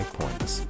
points